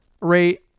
rate